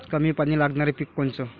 कमी पानी लागनारं पिक कोनचं?